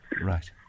Right